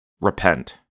repent